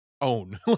own